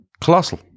Colossal